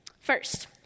First